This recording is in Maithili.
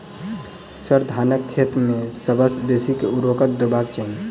सर, धानक खेत मे सबसँ बेसी केँ ऊर्वरक देबाक चाहि